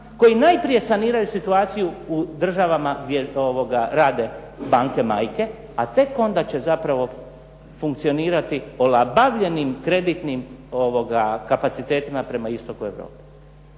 koji najprije saniraju situaciju u državama gdje rade banke majke, a tek onda će zapravo funkcionirati olabavljenim kreditnim kapacitetima prema istoku Europe.